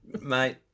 Mate